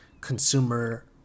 consumer